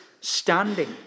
standing